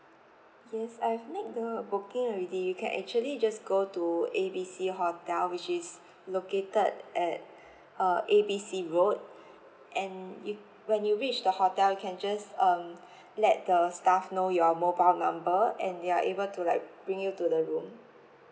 yes I've made the booking already you can actually just go to A B C hotel which is located at uh A B C road and you when you reach the hotel you can just um let the staff know your mobile number and they are able to like bring you to the room